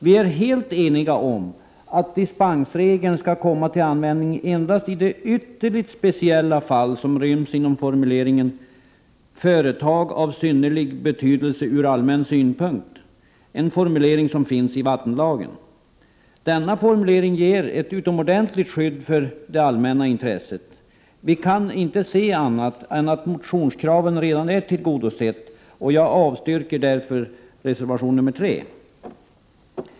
Vi är helt eniga om att dispensregeln skall komma till användning endast i det ytterligt speciella fall som ryms inom formuleringen ”företaget är av synnerlig betydelse från allmän synpunkt”. Det är en formulering som finns i vattenlagen. Denna formulering ger ett utomordentligt skydd för det allmänna intresset. Vi kan inte se annat än att motionskravet är tillgodosett, och jag yrkar avslag på reservation 3.